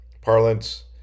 parlance